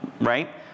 right